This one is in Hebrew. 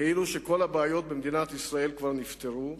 כאילו כל הבעיות במדינת ישראל כבר נפתרו,